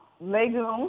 legumes